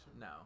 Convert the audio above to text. no